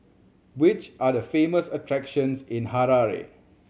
which are the famous attractions in Harare